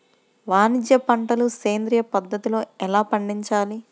వాణిజ్య పంటలు సేంద్రియ పద్ధతిలో ఎలా పండించాలి?